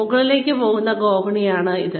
മുകളിലേക്ക് പോകുന്ന ഗോവണിയാണിത്